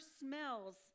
smells